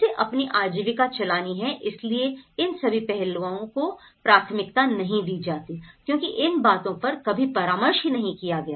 उसे अपनी आजीविका चलानी है इसीलिए इन सभी पहलुओं को प्राथमिकता नहीं दी जाति क्योंकि इन बातों पर कभी परामर्श ही नहीं किया गया